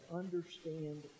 understand